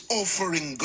offering